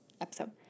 episode